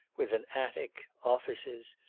with an attic, offices,